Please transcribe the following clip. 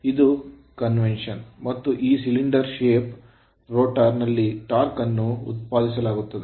ಮತ್ತು ಈ cylinder shape ಸಿಲಿಂಡರಾಕಾರದ ಆಕಾರದ rotor ರೋಟರ್ ನಲ್ಲಿ torque ಟಾರ್ಕ್ ಅನ್ನು ಉತ್ಪಾದಿಸಲಾಗುತ್ತದೆ